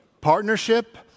Partnership